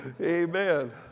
Amen